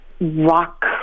rock